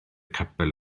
capel